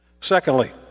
Secondly